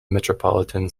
metropolitan